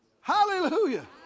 Hallelujah